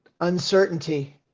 uncertainty